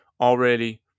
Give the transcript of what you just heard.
already